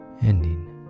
ending